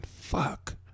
Fuck